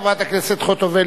חברת הכנסת חוטובלי,